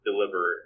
deliver